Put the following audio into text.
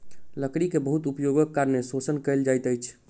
लकड़ी के बहुत उपयोगक कारणें शोषण कयल जाइत अछि